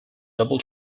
double